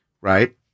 right